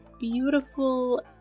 beautiful